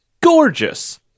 gorgeous